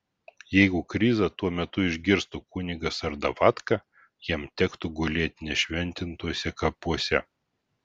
jeigu krizą tuo metu išgirstų kunigas ar davatka jam tektų gulėt nešventintuose kapuose